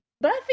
Buffy